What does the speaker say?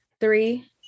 three